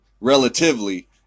relatively